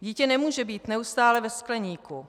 Dítě nemůže být neustále ve skleníku.